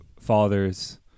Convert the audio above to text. fathers